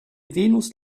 venus